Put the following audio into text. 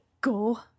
go